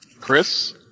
Chris